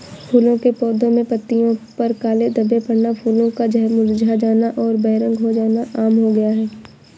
फूलों के पौधे में पत्तियों पर काले धब्बे पड़ना, फूलों का मुरझा जाना और बेरंग हो जाना आम हो गया है